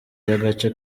y’agace